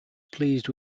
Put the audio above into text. pleased